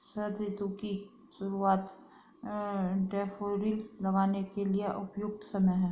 शरद ऋतु की शुरुआत डैफोडिल लगाने के लिए उपयुक्त समय है